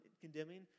condemning